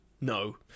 No